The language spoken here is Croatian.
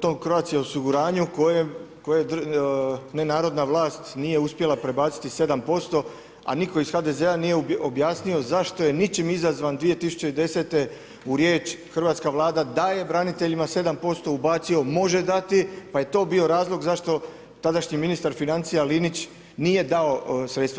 toj Croatia osiguranju koja ne narodna vlast nije uspjela prebaciti 7%, a nitko iz HDZ-a nije objasnio zašto je ničim izazvan 2010. u riječ Hrvatska vlada daje braniteljima 7% ubacio može dati, pa je to bio razlog zašto tadašnji ministar financija Linić nije dao sredstva.